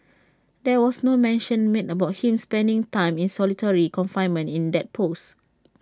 there was no mention made about him spending time in solitary confinement in that post